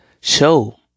Show